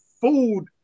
food